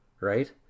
right